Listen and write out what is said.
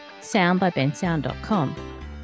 soundbybensound.com